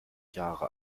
jahre